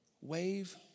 wave